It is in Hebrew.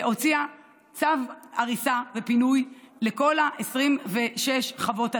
והוציאה צו הריסה ופינוי לכל 26 חוות האלה.